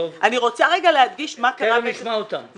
אני רוצה רגע להדגיש מה קרה בסבב